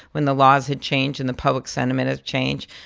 when the laws had changed and the public sentiment has changed,